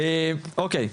אוקיי,